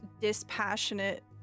dispassionate